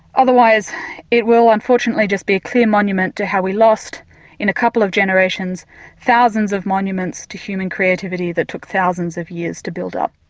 otherwise it will unfortunately just be a clear monument to how we lost in a couple of generations thousands of monuments to human creativity that took thousands of years to build up.